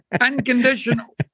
Unconditional